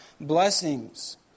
blessings